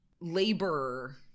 Labor